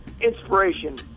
inspiration